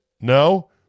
No